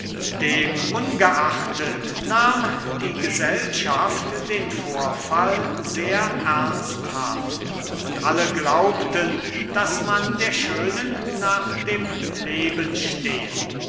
demungeachtet nahm die gesellschaft den vorfall sehr ernsthaft und alle glaubten daß man der schönen nach dem leben stehe